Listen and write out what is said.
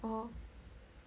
orh